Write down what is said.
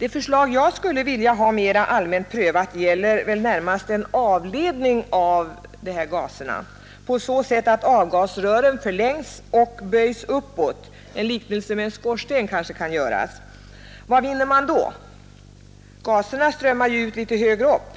Ett förslag jag skulle vilja ha mera allmänt prövat är en avledning av dessa gaser på så sätt att avgasrören förlängs och böjs uppåt. En liknelse med en skorsten kanske kan göras. Vad vinner man då? Avgaserna strömmar ju ut litet längre upp.